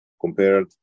compared